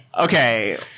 Okay